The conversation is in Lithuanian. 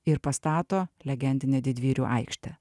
ir pastato legendinę didvyrių aikštę